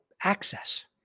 access